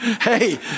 hey